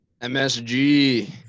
MSG